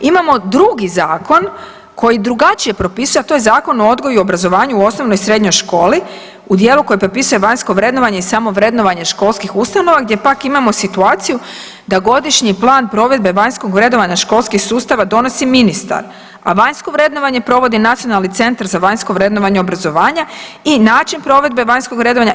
Imamo drugi zakon koji drugačije propisuje, a to je Zakon o odgoju i obrazovanju u osnovnoj i srednjoj školi u dijelu koji propisuje vanjsko vrednovanje i samovrednovanje školskih ustanova gdje pak imamo situaciju da Godišnji plan provedbe vanjskog vrednovanja školskih sustava donosi ministar, a vanjsko vrednovanje provodi Nacionalni centar za vanjsko vrednovanje obrazovanja, i način provedbe vanjskog vrednovanja.